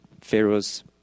Pharaoh's